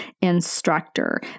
instructor